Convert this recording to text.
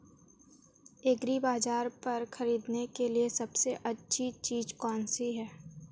एग्रीबाज़ार पर खरीदने के लिए सबसे अच्छी चीज़ कौनसी है?